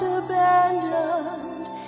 abandoned